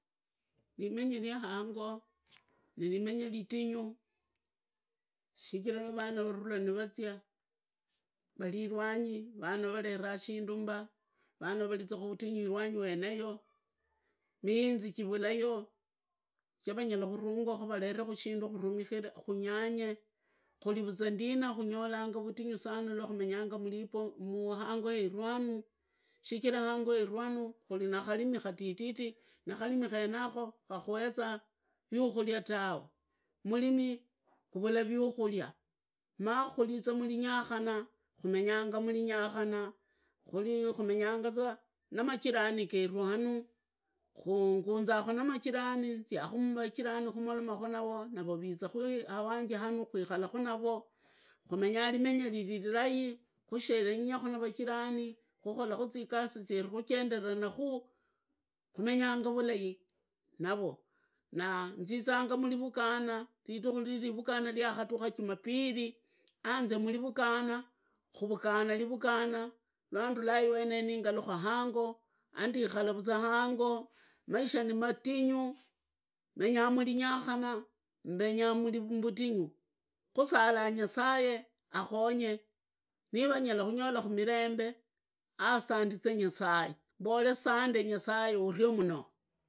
Limenyi lya hango ni limenyi litinyu, shijira la vana vavula nevatsia, vavilwanyi vana vaveranga shindu mba, vana variza kurihnya irwanyi weneyo, miinzi chivulayo yavanyakurungwa kunyanye kurivuzwa ndina kunyolanga za vatingu sana lwakumenyanga muhango heru hanu, shichira kurinakarimi katiti, na karimi kenako kakueza kihuria tuwe, mulimi kuvula vikuria maa karizaa murinyakana, kumenga muringakana, kumenyanga namajirani geru hanu, ngunzaku namajirani, nziaku mmajirani kumolomaku navo, navo vizaaku awanje hana kumoromaku navo, menya limenya lilirilai kushinyaku namajirani, kukoraku zigasi zyeru, kuchenderenukhu, kumenyanga vulai navo, na nzizanga mrivugana ridiku lilirukana lyakuduka jumapili anzia murivuriana, kuvugana rivugana, lwa ndulaiweneo ningalukanga hango andikala vuzwa hango, maisha nimatingu menyazaa murinyakana menya mvutingu kusala nyasaye akhonye niva nyalakunyolaku mivembe, asandize nyasaye mbole sande nyasaye urie muno.